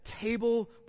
table